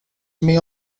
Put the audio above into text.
may